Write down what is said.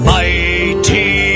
mighty